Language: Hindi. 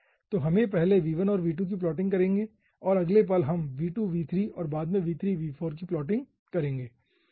तो पहले हम v1 v2 की प्लोटिंग करेंगे और अगले पल में हम v2 v3 और बाद में v3 v4 की प्लोटिंग करेंगे